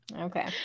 Okay